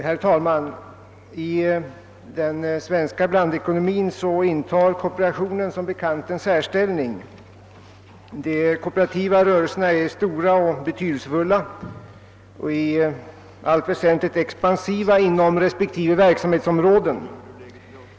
Herr talman! I den svenska blandekonomin intar kooperationen som bekant en särställning. De kooperativa rörelserna är stora, betydelsefulla och i allt väsentligt expansiva inom sina respektive verksamhetsområden.